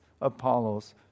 Apollos